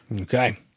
Okay